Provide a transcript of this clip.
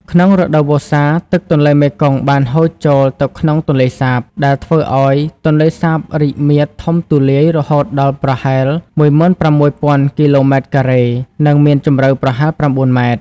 ក្នុងរដូវវស្សា ទឹកទន្លេមេគង្គបានហូរចូលទៅក្នុងទន្លេសាប ដែលធ្វើឲ្យទន្លេសាបរីកមាឌធំទូលាយរហូតដល់ប្រហែល ១៦,០០០ គីឡូម៉ែត្រការ៉េ និងមានជម្រៅប្រហែល ៩ ម៉ែត្រ។